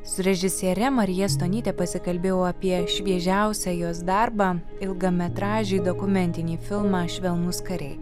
su režisiere marija stonyte pasikalbėjau apie šviežiausią jos darbą ilgametražį dokumentinį filmą švelnūs kariai